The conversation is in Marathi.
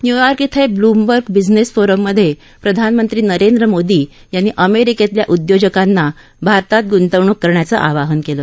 न्यूयॉर्क इथं ब्लूमबर्ग बिजनेस फोरम मध्ये प्रधानमंत्री नरेंद्र मोदी यांनी अमेरिकेतल्या उद्योजकांना भारतात गुंतवणूक करण्याचं आवाहन केलं